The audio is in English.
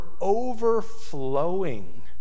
overflowing